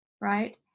right